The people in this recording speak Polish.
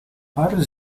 pary